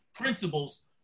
principles